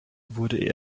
wurde